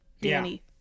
Danny